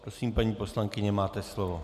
Prosím, paní poslankyně, máte slovo.